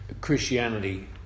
Christianity